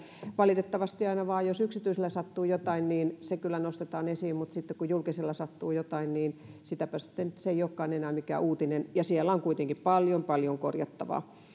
valitettavasti vain aina jos yksityisellä sattuu jotain se kyllä nostetaan esiin mutta sitten kun julkisella sattuu jotain niin se ei olekaan enää mikään uutinen ja siellä on kuitenkin paljon paljon korjattavaa